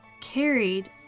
carried